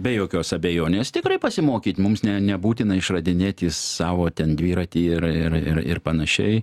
be jokios abejonės tikrai pasimokyt mums ne nebūtina išradinėti savo ten dviratį ir ir ir ir panašiai